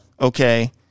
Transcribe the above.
okay